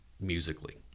musically